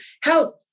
help